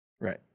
Right